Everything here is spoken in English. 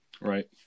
Right